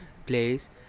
place